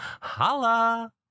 Holla